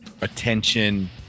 attention